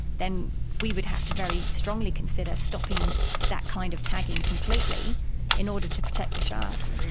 then we would have to very strongly consider stopping that kind of tagging completely in order to protect the sharks.